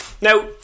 now